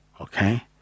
okay